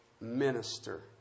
Minister